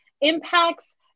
impacts